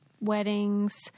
weddings